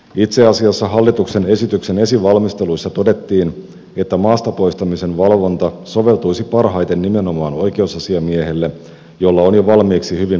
itse asiassa hallituksen esityksen esivalmisteluissa todettiin että maasta poistamisen valvonta soveltuisi parhaiten nimenomaan oikeusasiamiehelle jolla on jo valmiiksi hyvin laajat toimivaltuudet